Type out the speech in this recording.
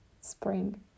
spring